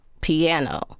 piano